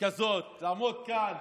כזאת לעמוד כאן